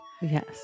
Yes